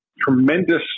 Tremendous